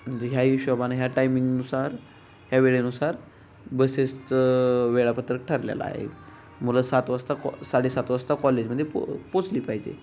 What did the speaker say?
म्हणजे ह्या हिशोबाने ह्या टायमिंगनुसार ह्या वेळेनुसार बसेसचं वेळापत्रक ठरलेलं आहे मुलं सात वाजता कॉ साडे सात वाजता कॉलेजमध्ये पो पोचली पाहिजे